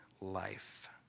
life